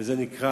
וזה נקרא